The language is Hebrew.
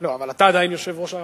לא, אבל אתה עדיין יושב-ראש הבית.